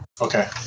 Okay